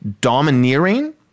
domineering